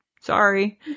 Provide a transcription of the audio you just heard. Sorry